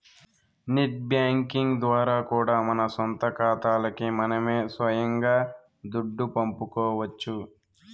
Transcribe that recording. net banking ద్వారా కూడా మన సొంత కాతాలకి మనమే సొయంగా దుడ్డు పంపుకోవచ్చు